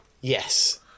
Yes